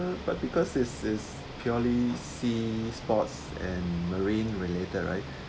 but because this is purely sea sports and marine related right